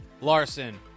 Larson